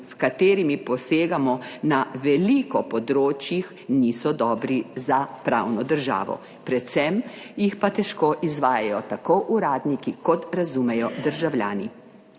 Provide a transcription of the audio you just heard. s katerimi posegamo na veliko področjih niso dobri za pravno državo, predvsem jih pa težko izvajajo tako uradniki kot razumejo državljani.